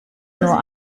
nur